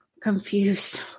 confused